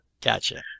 gotcha